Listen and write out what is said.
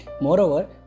moreover